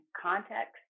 context